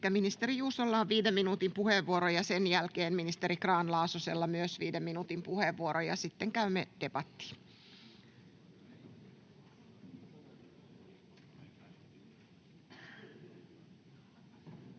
ministeri Juusolla on viiden minuutin puheenvuoro ja sen jälkeen ministeri Grahn-Laasosella myös viiden minuutin puheenvuoro, ja sitten käymme debattiin. Arvoisa